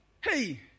Hey